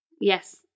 Yes